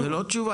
זו לא תשובה.